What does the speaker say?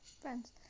friends